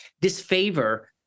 disfavor